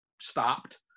stopped